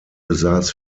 besaß